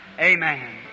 Amen